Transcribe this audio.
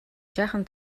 жаахан